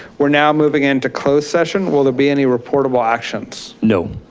we're now moving into close session. will there be any reportable actions? no.